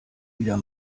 wieder